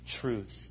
truth